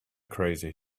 crazy